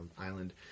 island